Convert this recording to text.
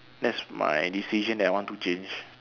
that's my decision that I want to change